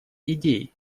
идей